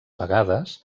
vegades